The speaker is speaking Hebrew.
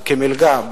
כמלגה,